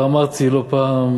כבר אמרתי לא פעם